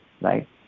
Right